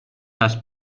has